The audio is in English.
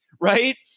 right